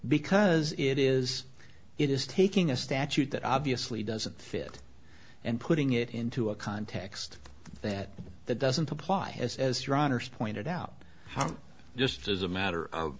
because it is it is taking a statute that obviously doesn't fit and putting it into a context that that doesn't apply as as your honour's pointed out just as a matter